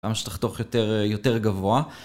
פעם שתחתוך יותר יותר גבוה